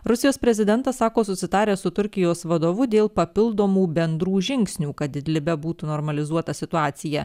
rusijos prezidentas sako susitaręs su turkijos vadovu dėl papildomų bendrų žingsnių kad idlibe būtų normalizuota situacija